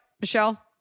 Michelle